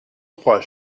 trois